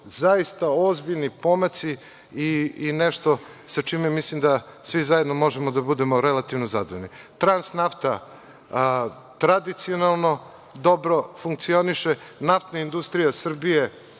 zaista ozbiljni pomaci i nešto sa čime svi zajedno možemo da budemo relativno zadovoljni. Transnafta tradicionalno dobro funkcioniše, NIS u kojoj Republika Srbija